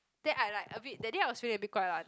then I like a bit that day I was feeling a bit guai lan